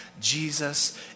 Jesus